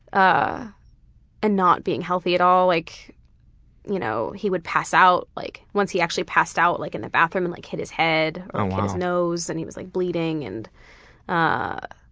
ah and not being healthy at all. like you know he would pass out, like once he actually passed out like in the bathroom and like hit his head and his nose and he was like bleeding, and ah